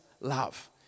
love